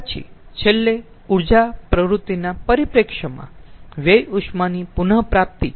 પછી છેલ્લે ઊર્જા પ્રવૃત્તિના પરિપ્રેક્ષ્યમાં વ્યય ઉષ્માની પુનપ્રાપ્તિ